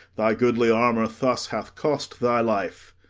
thy goodly armour thus hath cost thy life.